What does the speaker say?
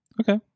Okay